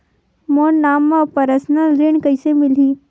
मोर नाम म परसनल ऋण कइसे मिलही?